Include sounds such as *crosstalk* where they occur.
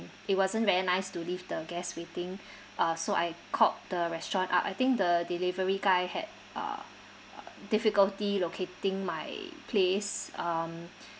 it wasn't very nice to leave the guests waiting *breath* uh so I called the restaurant up I think the delivery guy had uh uh difficulty locating my place um *breath*